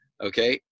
Okay